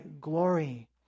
glory